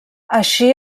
així